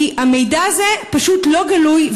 כי המידע הזה פשוט לא גלוי,